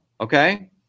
okay